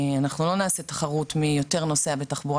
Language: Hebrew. אנחנו לא נעשה תחרות מי יותר נוסע בתחבורה